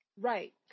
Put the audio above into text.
Right